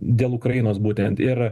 dėl ukrainos būtent ir